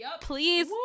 please